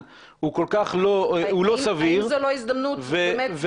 הוא לא סביר --- האם זו לא הזדמנות באמת להשקיע שם יותר?